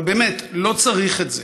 אבל באמת, לא צריך את זה.